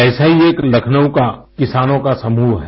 ऐसा ही एक लखनऊ का किसानों का समूह है